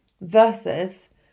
versus